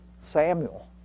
Samuel